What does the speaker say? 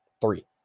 Three